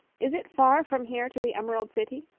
is it far from here to the emerald city?